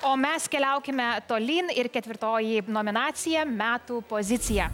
o mes keliaukime tolyn ir ketvirtoji nominacija metų pozicija